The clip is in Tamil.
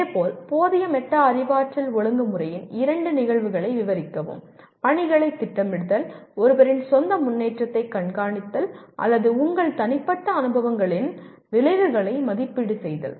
இதேபோல் போதிய மெட்டா அறிவாற்றல் ஒழுங்குமுறையின் இரண்டு நிகழ்வுகளை விவரிக்கவும் பணிகளைத் திட்டமிடுதல் ஒருவரின் சொந்த முன்னேற்றத்தைக் கண்காணித்தல் அல்லது உங்கள் தனிப்பட்ட அனுபவங்களின் விளைவுகளை மதிப்பீடு செய்தல்